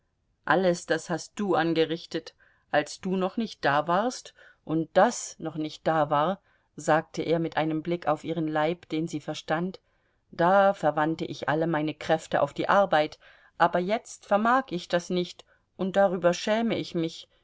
alles das hast du angerichtet als du noch nicht da warst und das noch nicht da war sagte er mit einem blick auf ihren leib den sie verstand da verwandte ich alle meine kräfte auf die arbeit aber jetzt vermag ich das nicht und darüber schäme ich mich